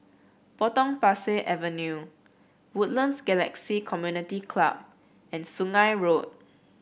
Potong Pasir Avenue Woodlands Galaxy Community Club and Sungei Road